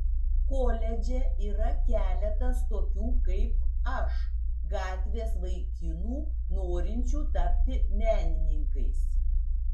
koledže yra keletas tokių kaip aš gatvės vaikinų norinčių tapti menininkais